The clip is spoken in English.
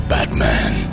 Batman